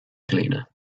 cleaner